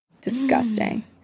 disgusting